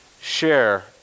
share